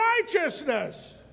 righteousness